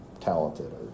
talented